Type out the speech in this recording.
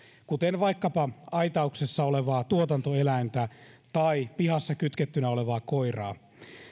kuten vaikkapa aitauksessa olevaa tuotantoeläintä tai pihassa kytkettynä olevaa koiraa